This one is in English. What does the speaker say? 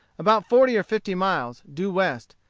about forty or fifty miles, due west,